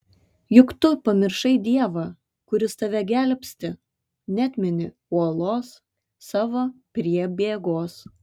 juk tu pamiršai dievą kuris tave gelbsti neatmeni uolos savo priebėgos